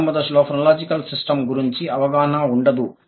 ప్రారంభ దశలో phonological system గురించి అవగాహన ఉండదు